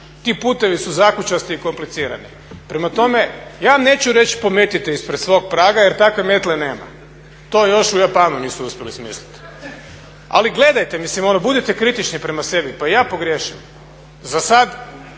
Ti putevi su zakučasti i komplicirani. Prema tome, ja vam neću reći pometite ispred svog praga jer takve metle nema, to još u Japanu nisu uspjeli smisliti. Ali gledajte, mislim budite kritični prema sebi, pa i ja pogriješim. Za sada